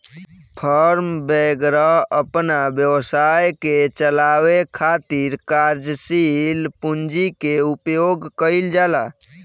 form वैगरह अपना व्यवसाय के चलावे खातिर कार्यशील पूंजी के उपयोग कईल जाला